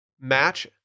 match